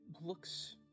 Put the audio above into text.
looks